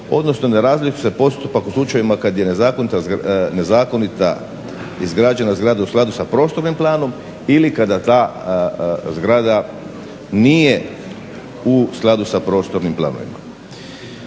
odnosno ne razlikuje se postupak u slučajevima kada je nezakonita izgrađena zgrada u skladu sa prostornim planom ili kada ta zgrada nije u skladu sa prostornim planovima.